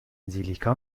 منزلك